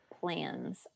plans